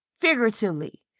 Figuratively